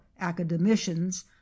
academicians